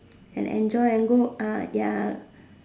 and enjoy and go out ya